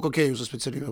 kokia jūsų specialybė